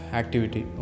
activity